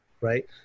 right